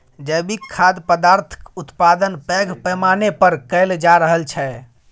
जैविक खाद्य पदार्थक उत्पादन पैघ पैमाना पर कएल जा रहल छै